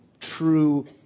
true